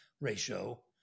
ratio